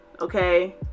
Okay